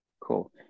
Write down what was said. Cool